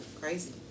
crazy